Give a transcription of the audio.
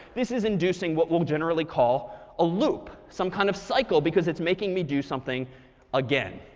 this is inducing what we'll generally call a loop some kind of cycle, because it's making me do something again.